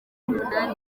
umunani